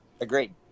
Agreed